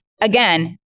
again